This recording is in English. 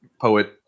Poet